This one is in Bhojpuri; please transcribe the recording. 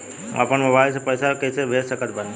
हम अपना मोबाइल से पैसा कैसे भेज सकत बानी?